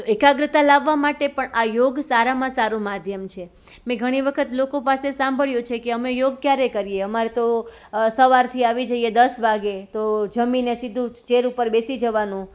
તો એકાગ્રતા લાવવા માટે પણ તો આ યોગ સારામાં સારું માધ્યમ છે મેં ઘણી વખત લોકો પાસે સાંભળ્યું છે કે અમે યોગ ક્યારે કરીએ અમાર તો સવારથી આવી જઈએ દસ વાગે તો જમીને સીધું ચેર ઉપર બેસી જવાનું